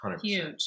Huge